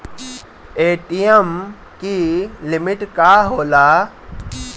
ATM की limit का होला?